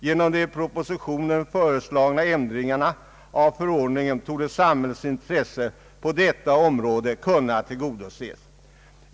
Genom de i propositionen föreslagna ändringarna av förordningen torde samhällets intresse på detta område kunna tillgodoses.